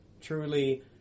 truly